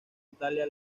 italia